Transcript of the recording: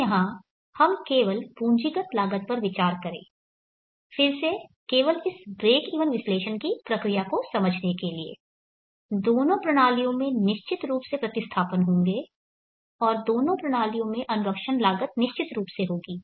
अब यहाँ हम केवल पूंजीगत लागत पर विचार करें फिर से केवल इस ब्रेकइवन विश्लेषण की प्रक्रिया को समझने के लिए दोनों प्रणालियों में निश्चित रूप से प्रतिस्थापन होंगे और दोनों प्रणालियों में अनुरक्षण लागत निश्चित रूप से होगी